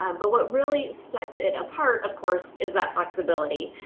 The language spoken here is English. um but what really sets it apart of course, is that flexibility.